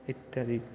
इत्यादि